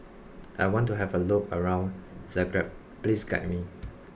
I want to have a look around Zagreb please guide me